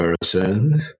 person